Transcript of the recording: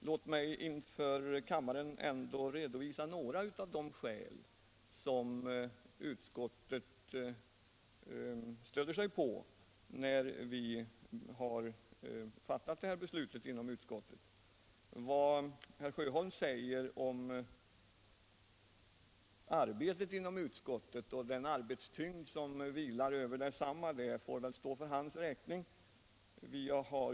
Låt mig inför kammaren ändå redovisa några av de skäl utskottet stött sig på när vi fattat detta beslut. Vad herr Sjöholm säger om arbetsbelastningen för utskottets det får stå för hans räkning.